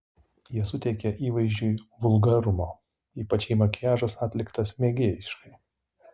jie suteikia įvaizdžiui vulgarumo ypač jei makiažas atliktas mėgėjiškai